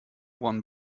one